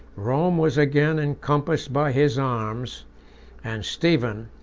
rome was again encompassed by his arms and stephen,